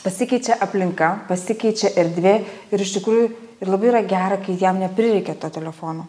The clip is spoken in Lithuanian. pasikeičia aplinka pasikeičia erdvė ir iš tikrųjų ir labai yra gera kai jiem neprireikia to telefono